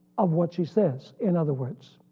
of what she says in other words.